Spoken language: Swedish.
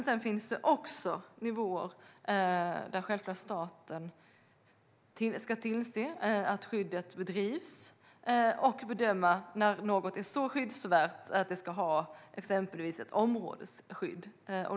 Sedan finns det också nivåer där staten självklart ska tillse att skyddet bedrivs och bedöma när något är så skyddsvärt att det ska ha exempelvis ett områdesskydd.